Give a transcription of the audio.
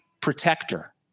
protector